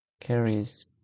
Carrie's